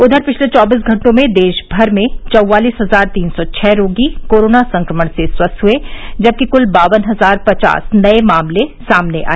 उधर पिछले चौबीस घंटों में देशभर में चौवालीस हजार तीन सौ छह रोगी कोरोना संक्रमण से स्वस्थ हए जबकि क्ल बावन हजार पचास नये मामले सामने आए